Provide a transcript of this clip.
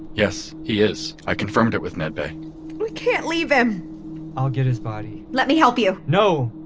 yes, he is. i confirmed it with med bay we can't leave him i'll get his body let me help you know